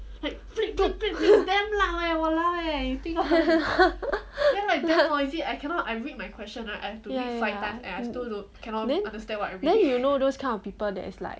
ya ya ya then you know those kind of people that is like